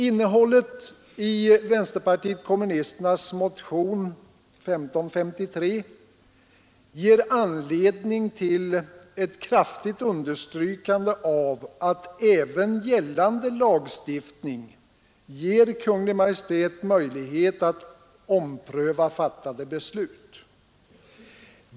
Innehållet i motion nr 1553 ger anledning till ett kraftigt understrykande av att även gällande lagstiftning ger Kungl. Maj:t möjlighet att ompröva fattade beslut.